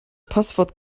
passwort